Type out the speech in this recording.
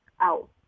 out